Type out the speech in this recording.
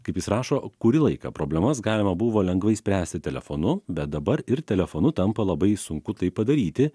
kaip jis rašo kurį laiką problemas galima buvo lengvai spręsti telefonu bet dabar ir telefonu tampa labai sunku tai padaryti